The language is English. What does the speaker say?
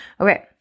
Okay